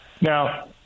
Now